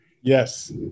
Yes